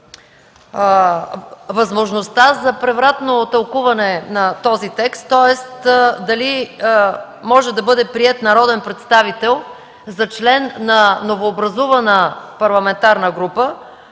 възможността за превратно тълкуване на текста, тоест дали може да бъде приет народен представител за член на новообразувана парламентарна група